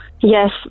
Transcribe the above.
Yes